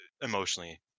emotionally